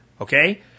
okay